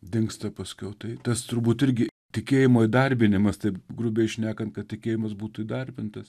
dingsta paskiau tai tas turbūt irgi tikėjimo įdarbinimas taip grubiai šnekant kad tikėjimas būtų įdarbintas